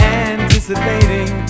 anticipating